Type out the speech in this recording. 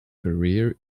career